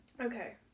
Okay